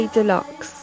Deluxe